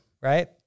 right